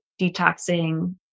detoxing